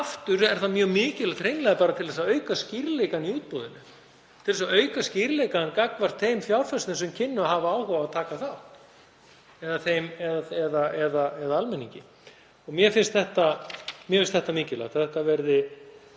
Aftur er það mjög mikilvægt, hreinlega til þess að auka skýrleikann í útboðinu, til þess að auka skýrleikann gagnvart þeim fjárfestum sem kynnu að hafa áhuga á að taka þátt eða almenningi. Mér finnst mjög mikilvægt að þetta verði